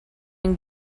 and